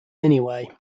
anyway